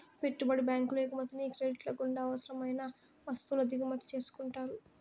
పెట్టుబడి బ్యాంకులు ఎగుమతిని క్రెడిట్ల గుండా అవసరం అయిన వత్తువుల దిగుమతి చేసుకుంటారు